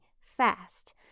FAST